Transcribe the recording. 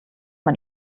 man